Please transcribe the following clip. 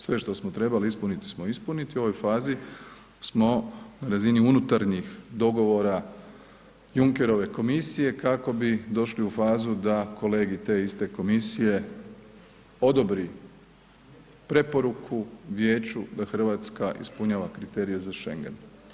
Sve što smo trebali ispuniti smo ispunili, u ovoj fazi smo na razini unutarnjih dogovora Junckerove komisije kako bi došli u fazu da kolegi te iste komisije odobri preporuku Vijeću da Hrvatska ispunjava kriterije za schengen.